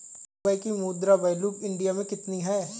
Dubai की मुद्रा value India मे कितनी है?